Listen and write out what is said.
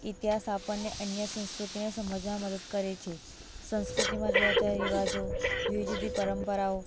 ઇતિહાસ આપણને અન્ય સંસ્કૃતિને સમજવામાં મદદ કરે છે સંસ્કૃતિમાં જુદા જુદા રિવાજો જુદી જુદી પરંપરાઓ